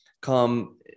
come